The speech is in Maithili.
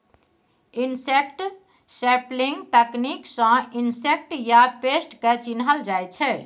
इनसेक्ट सैंपलिंग तकनीक सँ इनसेक्ट या पेस्ट केँ चिन्हल जाइ छै